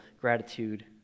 gratitude